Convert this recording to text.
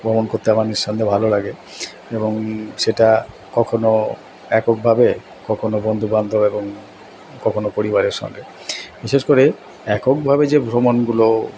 ভ্রমণ করতে আমার নিঃসন্দেহে ভালো লাগে এবং সেটা কখনো এককভাবে কখনো বন্ধু বান্ধব এবং কখনো পরিবারের সঙ্গে বিশেষ করে এককভাবে যে ভ্রমণগুলো